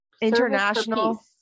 international